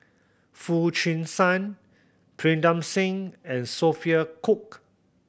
Foo Chee San Pritam Singh and Sophia Cooke